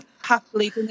happily